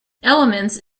elements